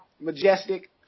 Majestic